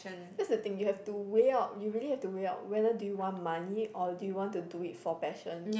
that's the thing you have to weigh out you really have to weigh out whether do you want money or do you want to do it for passion